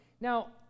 Now